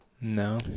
No